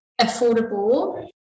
affordable